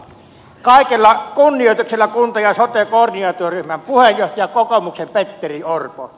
kaikella kunnioituksella kunta ja sote koordinaatioryhmän puheenjohtaja kokoomuksen petteri orpo